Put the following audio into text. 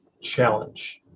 challenge